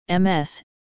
MS